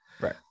Right